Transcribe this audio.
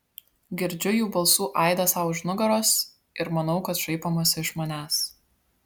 girdžiu jų balsų aidą sau už nugaros ir manau kad šaipomasi iš manęs